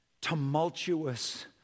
tumultuous